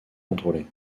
contrôlées